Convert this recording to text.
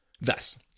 Thus